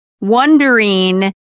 wondering